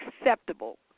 acceptable